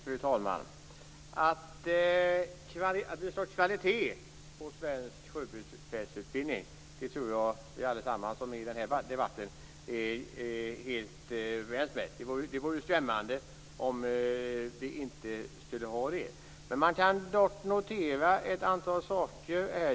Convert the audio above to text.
Fru talman! Att det skall vara kvalitet på svensk sjöbefälsutbildning tror jag att vi alla i den här debatten är helt överens om. Det vore skrämmande om vi inte vore det. Man kan dock notera ett antal saker.